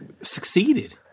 succeeded